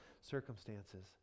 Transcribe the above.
circumstances